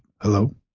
Hello